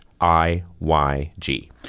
IYG